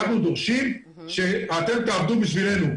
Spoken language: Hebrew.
אנחנו דורשים שאתם תעבדו בשבילנו.